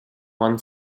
one